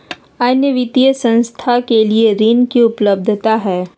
अन्य वित्तीय संस्थाएं के लिए ऋण की उपलब्धता है?